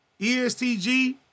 ESTG